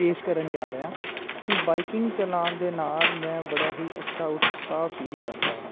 ਪੇਸ਼ ਕਰਨ ਜਾ ਰਿਹਾ ਕਿ ਬਾਈਕਿੰਗ ਚਲਾਨ ਦੇ ਨਾਲ ਮੈਂ ਬੜਾ ਹੀ ਅੱਛਾ ਉਤਸਾਹ ਫੀਲ ਕਰਦਾ ਹਾਂ